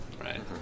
Right